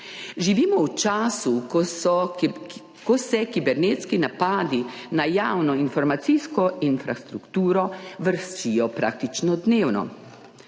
Živimo v času, ko se kibernetski napadi na javno informacijsko infrastrukturo vrstijo praktično dnevno.